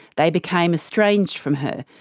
they became estranged from her,